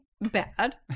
bad